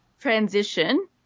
transition